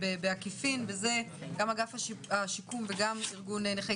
בעקיפין גם אגף השיקום וגם ארגון נכי